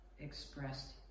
expressed